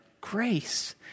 grace